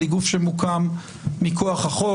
היא גוף שהוקם מכוח החוק,